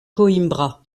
coimbra